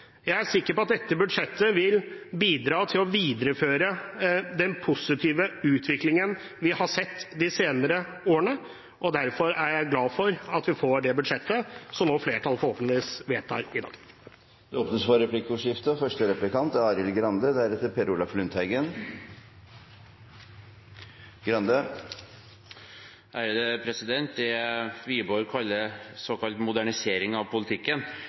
Jeg er sikker på at dette budsjettet vil bidra til å videreføre den positive utviklingen vi har sett de senere årene, og derfor er jeg glad for at dette budsjettet forhåpentligvis blir vedtatt i dag. Det